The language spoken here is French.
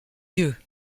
yeux